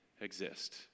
exist